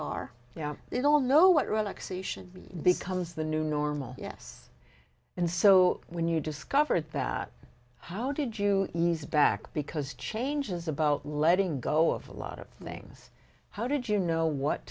know they don't know what relaxation becomes the new normal yes and so when you discovered that how did you back because change is about letting go of a lot of things how did you know what